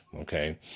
Okay